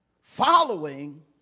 Following